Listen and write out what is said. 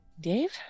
Dave